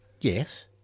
Yes